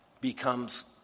becomes